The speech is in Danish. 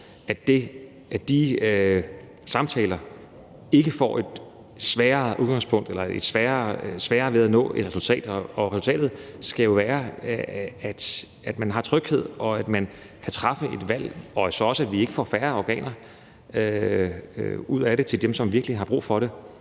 at de samtaler ikke får et sværere udgangspunkt eller får sværere ved at nå et resultat. Resultatet skal jo være, at man har tryghed, og at man kan træffe et valg, og så også, at vi ikke får færre organer ud af det til dem, som virkelig har brug for dem.